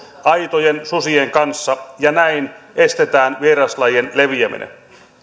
aitojen susien kanssa ja näin estetään vieraslajien leviäminen